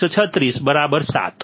136 7